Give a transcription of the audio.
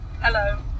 Hello